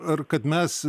ar kad mes